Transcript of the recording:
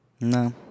No